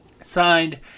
signed